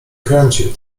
kręcił